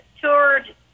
toured